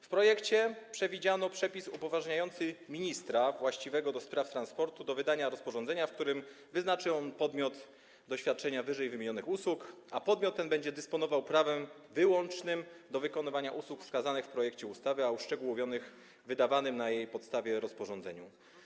W projekcie przewidziano przepis upoważniający ministra właściwego ds. transportu do wydania rozporządzenia, w którym wyznaczy on podmiot do świadczenia ww. usług, a podmiot ten będzie dysponował prawem wyłącznym do wykonywania usług wskazanych w projekcie ustawy, a uszczegółowionych w wydawanym na jej podstawie rozporządzeniu.